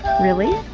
really?